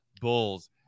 Bulls